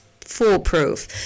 foolproof